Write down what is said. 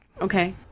Okay